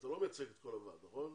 אתה לא מיצג את כל הוועד, נכון?